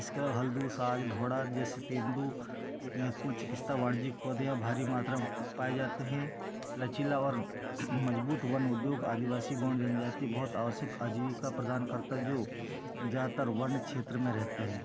इसका हल दूसाज ढोंड़ा जैसे तेंदू में कुज इसका वाणिज्यिक पौधे और भारी मात्रा में पाए जाते हैं लचीला और मज़बूत वन उद्योग आदिवासी गौंड जनजाति बहुत आवश्यक आजीविका प्रदान करता जो ज़्यादातर वन्य क्षेत्र में रहते हैं